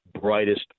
Brightest